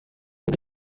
ngo